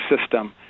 system